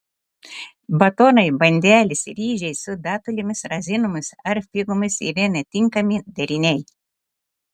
batonai bandelės ryžiai su datulėmis razinomis ar figomis yra netinkami deriniai